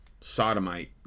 sodomite